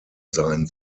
sein